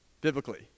biblically